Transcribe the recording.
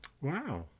Wow